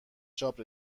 چاپ